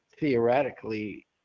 theoretically